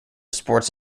sports